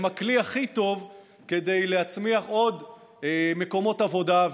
הן הכלי הכי טוב כדי להצמיח עוד מקומות עבודה.